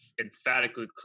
emphatically